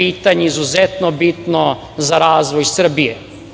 pitanje izuzetno bitno za razvoj Srbije. Moramo